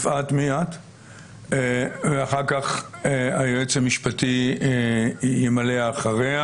ואחר כך היועץ המשפטי אחריה.